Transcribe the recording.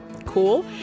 Cool